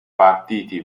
partiti